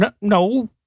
No